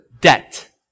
debt